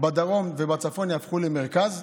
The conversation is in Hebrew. בדרום ובצפון יהפכו למרכז.